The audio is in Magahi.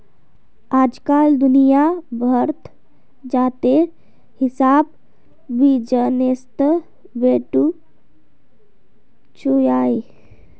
अइजकाल दुनिया भरत जातेर हिसाब बिजनेसत बेटिछुआर काफी योगदान रहछेक